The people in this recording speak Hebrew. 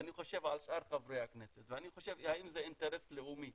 ואני חושב על שאר חברי הכנסת ואני חושב האם זה אינטרס לאומי